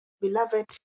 beloved